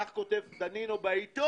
כך כותב דנינו בעיתון